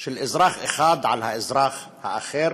של אזרח אחד על אזרח אחר.